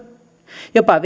jopa